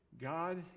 God